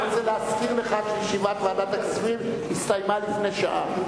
אני רוצה להזכיר לך שישיבת ועדת הכספים הסתיימה לפני שעה.